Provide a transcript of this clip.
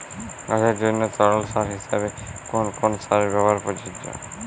গাছের জন্য তরল সার হিসেবে কোন কোন সারের ব্যাবহার প্রযোজ্য?